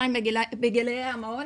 שתיים בגילאי המעון.